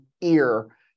ear